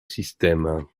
système